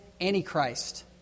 Antichrist